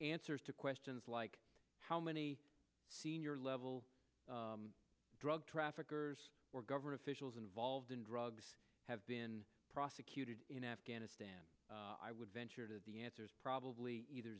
answers to questions like how many senior level drug traffickers or government officials involved in drugs have been prosecuted in afghanistan i would venture to the answer is probably either